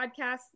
podcast